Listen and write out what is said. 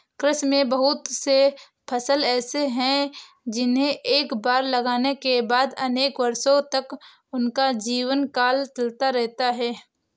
कृषि में बहुत से फसल ऐसे होते हैं जिन्हें एक बार लगाने के बाद अनेक वर्षों तक उनका जीवनकाल चलता रहता है